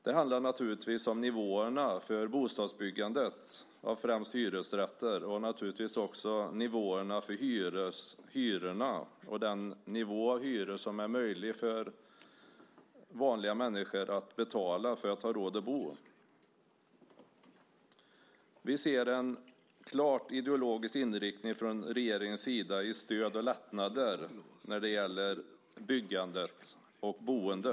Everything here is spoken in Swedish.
Det handlar om nivåerna för bostadsbyggandet och främst byggandet av hyresrätter och också om nivåerna för hyrorna och den hyresnivå som är möjlig för vanliga människor att betala för att de ska ha råd att bo. Vi ser en klar ideologisk inriktning från regeringens sida i stöd och lättnader för byggandet och boendet.